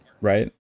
right